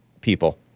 people